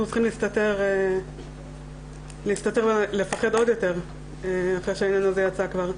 צריכים להסתתר ולפחד עוד יותר אחרי שהעניין הזה יצא כבר.